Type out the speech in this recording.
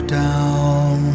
down